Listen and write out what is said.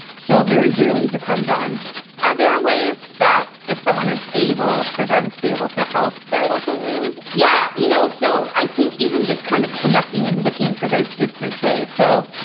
so very dearly depend on are there ways that if someone is able for them to be able to help their local zoo? yeah, you know, so i think even just kind of connecting and looking for those distance ways so,